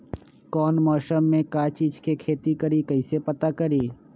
कौन मौसम में का चीज़ के खेती करी कईसे पता करी?